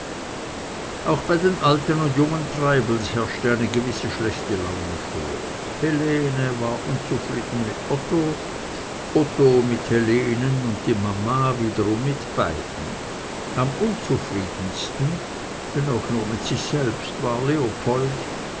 auch bei den alten und jungen treibels herrschte eine gewisse schlechte laune vor helene war unzufrieden mit otto otto mit helenen und die mama wiederum mit beiden am unzufriedensten wenn auch nur mit sich selber war leopold